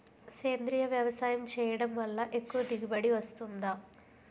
సేంద్రీయ వ్యవసాయం చేయడం వల్ల ఎక్కువ దిగుబడి వస్తుందా?